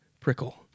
prickle